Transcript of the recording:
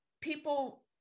people